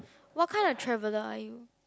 what kind of traveler are you